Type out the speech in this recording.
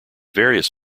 various